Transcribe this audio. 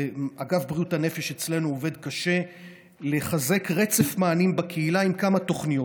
ואגף בריאות הנפש אצלנו עובד קשה לחזק רצף מענים בקהילה בכמה תוכניות.